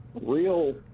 real